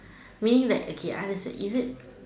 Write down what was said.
meaning that okay understand is it